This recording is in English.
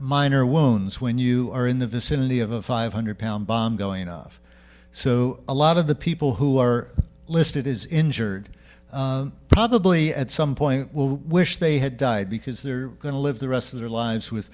minor wounds when you are in the vicinity of a five hundred pound bomb going off so a lot of the people who are listed as injured probably at some point will wish they had died because they're going to live the rest of their lives w